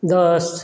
दस